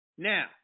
Now